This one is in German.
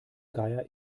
geier